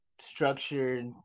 structured